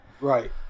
Right